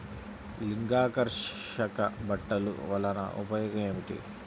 లింగాకర్షక బుట్టలు వలన ఉపయోగం ఏమిటి?